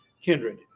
Kindred